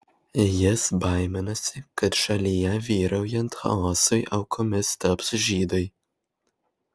jis baiminasi kad šalyje vyraujant chaosui aukomis taps žydai